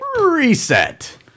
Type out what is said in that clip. Reset